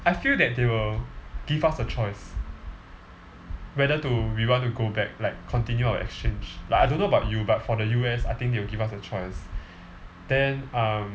I feel that they will give us a choice whether to we want to go back like continue our exchange like I don't know about you but for the U_S I think they will give us a choice then um